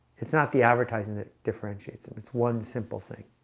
it's not the advertising that differentiates them. it's one simple thing